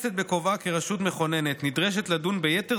הכנסת בכובעה כרשות מכוננת נדרשת לדון ביתר